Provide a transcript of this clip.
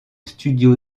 studio